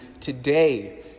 today